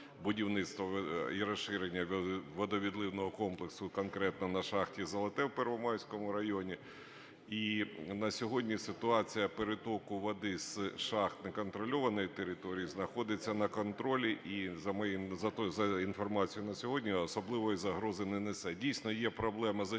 будівництво і розширення водовідливного комплексу конкретно на шахті "Золоте" в Первомайському районі. І на сьогодні ситуація перетоку води з шахт неконтрольованої території знаходиться на контролі і за моїм… за інформацією на сьогодні особливої загрози не несе. Дійсно, є проблема з очисткою